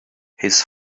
his